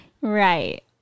Right